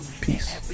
Peace